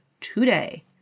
today